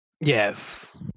Yes